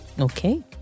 okay